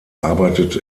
arbeitet